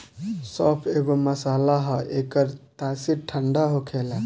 सौंफ एगो मसाला हअ एकर तासीर ठंडा होखेला